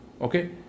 okay